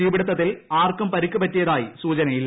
തീപിടിത്തത്തിൽ ആർക്കും പരിക്ക് പറ്റിയതായി സൂചനയില്ല